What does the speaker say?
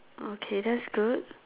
okay that's good